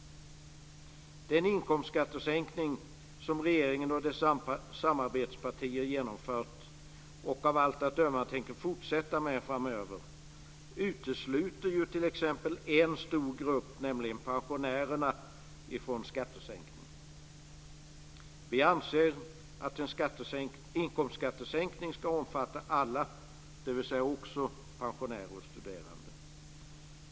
Den inkomstskattesänkning som regeringen och dess samarbetspartier genomfört - och av allt att döma tänker fortsätta med framöver - utesluter ju t.ex. en stor grupp, nämligen pensionärerna, från skattesänkningen. Vi anser att en inkomstskattesänkning ska omfatta alla, dvs. också pensionärer och studerande.